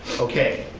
okay,